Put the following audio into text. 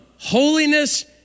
Holiness